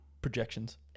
Projections